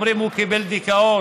היו אומרים: הוא קיבל דיכאון.